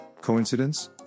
Coincidence